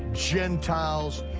gentiles,